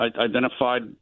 identified